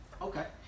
Okay